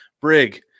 brig